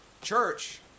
church